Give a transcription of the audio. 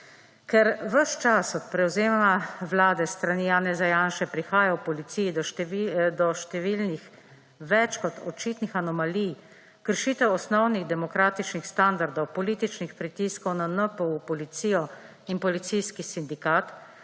Ker ves čas od prevzema vlade s strani Janeza Janše prihaja v policiji do številnih več kot očitnih anomalij, kršitev osnovnih demokratičnih standardov, političnih pritiskov na NPU, policijo in policijski sindikat,